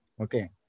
Okay